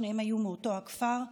שניהם היו מאותו הכפר.